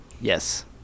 Yes